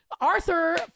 Arthur